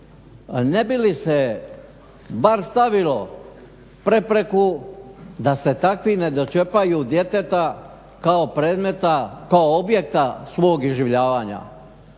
ne bi li se bar stavilo prepreku da se takvime dočepaju djeteta kao predmeta, kao objekta svog iživljavanja.